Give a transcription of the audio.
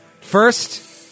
First